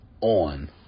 On